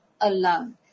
alone